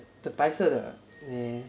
the 白色的 meh